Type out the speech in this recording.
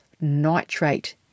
nitrate